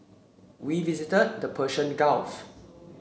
we visited the Persian Gulf